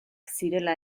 zirela